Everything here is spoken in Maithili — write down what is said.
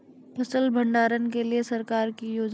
फसल भंडारण के लिए सरकार की योजना?